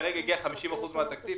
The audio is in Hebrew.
עד כה הגיע 50% מן התקציב.